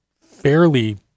fairly